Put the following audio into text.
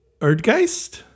Erdgeist